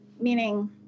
meaning